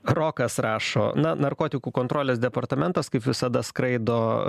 rokas rašo na narkotikų kontrolės departamentas kaip visada skraido